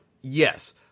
Yes